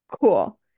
Cool